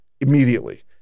immediately